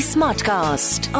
Smartcast